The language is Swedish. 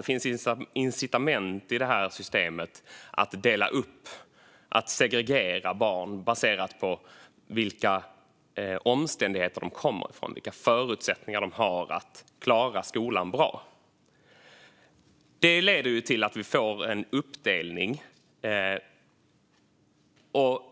Det finns incitament i det här systemet för att dela upp och segregera barn baserat på vilka omständigheter de kommer ifrån och vilka förutsättningar de har att klara skolan bra. Det leder till att vi får en uppdelning, och